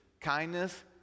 kindness